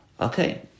Okay